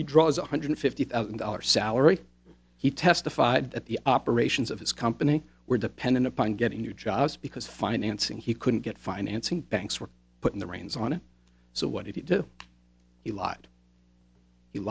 he draws one hundred fifty thousand dollars salary he testified at the operations of his company were dependent upon getting new jobs because financing he couldn't get financing banks were put in the reins on it so what he did he lied he lied